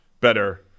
better